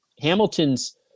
Hamilton's